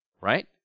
right